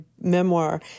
memoir